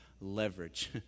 Leverage